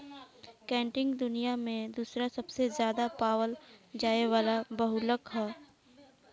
chitin दुनिया में दूसरा सबसे ज्यादा पावल जाये वाला बहुलक ह